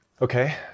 okay